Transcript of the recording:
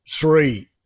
three